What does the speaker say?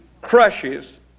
crushes